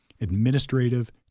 administrative